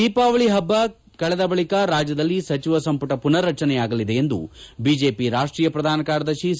ದೀಪಾವಳಿ ಹಬ್ಬದ ಕಳೆದ ಬಳಿಕ ರಾಜ್ಯದಲ್ಲಿ ಸಚಿವ ಸಂಪುಟ ರಚನೆಯಾಗಲಿದೆ ಎಂದು ಬಿಜೆಪಿ ರಾಷ್ಷೀಯ ಪ್ರಧಾನ ಕಾರ್ಯದರ್ಶಿ ಸಿ